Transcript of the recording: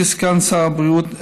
כסגן שר הבריאות,